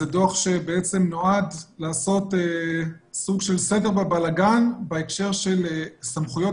זה דוח שנועד לעשות סוג של סדר בבלגן בהקשר של סמכויות